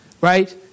right